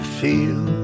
feel